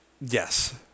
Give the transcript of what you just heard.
Yes